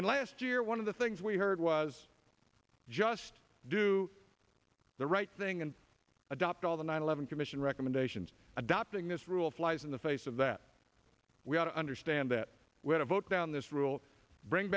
and last year one of the things we heard was just do the right thing and adopt all the nine eleven commission recommendations adopting this rule flies in the face of that we ought to understand that we had a vote down this rule bring